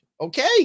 Okay